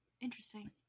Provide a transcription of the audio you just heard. Interesting